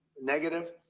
negative